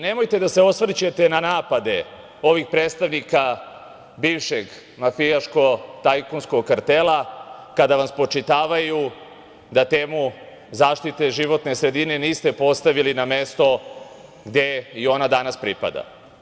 Nemojte da se osvrćete na napade ovih predstavnika bivšeg mafijaško-tajkunskog kartela, kada vam spočitavaju da temu zaštite životne sredine niste postavili na mesto gde i ona danas pripada.